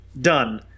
Done